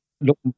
look